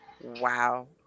Wow